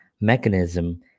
mechanism